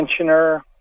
tensioner